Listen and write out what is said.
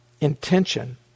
Intention